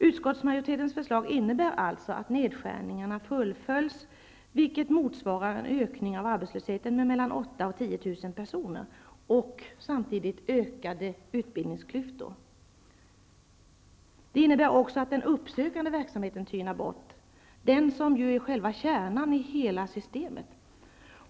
Utskottsmajoritetens förslag innebär alltså att nedskärningarna fullföljs, vilket motsvarar en ökning av arbetslösheten med 8 000-- 10 000 personer och samtidigt ökade utbildningsklyftor. Det innebär också att den uppsökande verksamheten tynar bort, den som ju är själva kärnan i hela systemet.